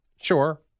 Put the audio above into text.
Sure